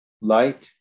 light